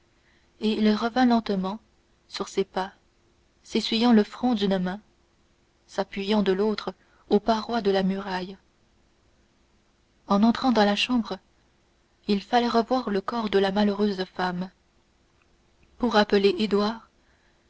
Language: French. et il revint lentement sur ses pas s'essuyant le front d'une main s'appuyant de l'autre aux parois de la muraille en rentrant dans la chambre il fallait revoir le corps de la malheureuse femme pour appeler édouard